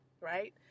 right